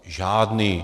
Žádný.